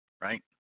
right